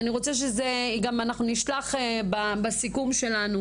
אנחנו גם נשלח בסיכום שלנו,